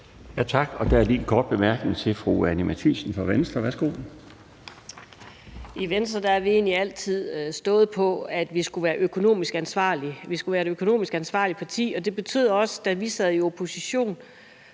Tak. Der er lige en kort bemærkning til fru Anni Matthiesen fra Venstre. Værsgo. Kl. 18:05 Anni Matthiesen (V): I Venstre har vi egentlig altid stået på, at vi skulle være økonomisk ansvarlige. Vi skulle være et økonomisk ansvarligt parti, og det betød også, at da vi sad i oppositionen,